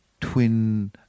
twin